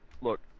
Look